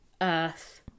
earth